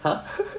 !huh!